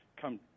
come